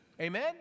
amen